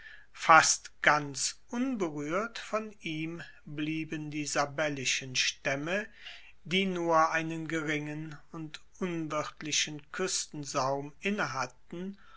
fast ganz unberuehrt von ihm blieben die sabellischen staemme die nur einen geringen und unwirtlichen kuestensaum innehatten